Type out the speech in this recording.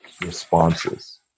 responses